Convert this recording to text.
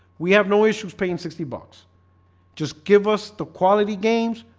we have no issues paying sixty bucks just give us the quality games.